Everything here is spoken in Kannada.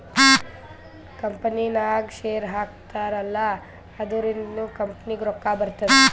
ಕಂಪನಿನಾಗ್ ಶೇರ್ ಹಾಕ್ತಾರ್ ಅಲ್ಲಾ ಅದುರಿಂದ್ನು ಕಂಪನಿಗ್ ರೊಕ್ಕಾ ಬರ್ತುದ್